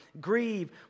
Grieve